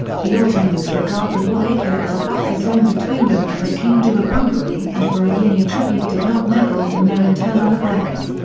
the ottomans regarded wallachia as a buffer zone between them and the kingdom of hungary and for a yearly tribute did not meddle in their internal affairs.